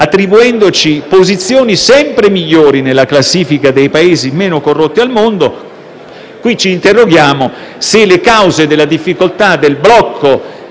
attribuendoci posizioni sempre migliori nella classifica dei Paesi meno corrotti al mondo, qui ci interroghiamo se la difficoltà del blocco